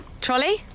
trolley